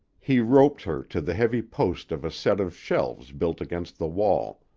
he roped her to the heavy post of a set of shelves built against the wall.